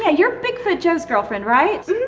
yeah you're bigfoot joe's girlfriend, right?